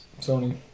Sony